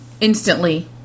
instantly